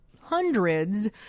hundreds